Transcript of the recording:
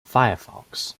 firefox